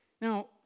Now